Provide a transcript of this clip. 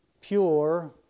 pure